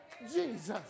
Jesus